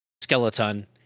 Skeleton